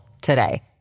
today